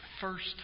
first